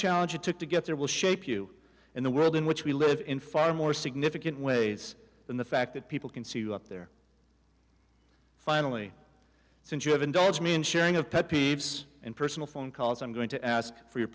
challenge it took to get there will shape you and the world in which we live in far more significant ways than the fact that people can see you up there finally since you have indulged me in sharing of pet peeves and personal phone calls i'm going to ask for your